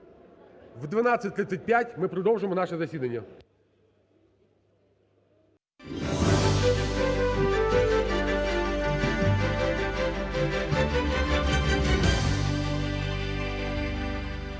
О 12.35 ми продовжимо наше засідання.